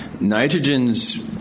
nitrogen's